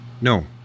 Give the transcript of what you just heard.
No